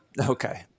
Okay